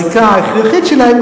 הזיקה ההכרחית שלהם,